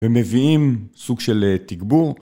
הם מביאים סוג של תגבור